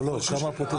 לא, כמה הפוטנציאל?